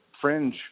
Fringe